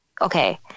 okay